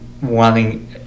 wanting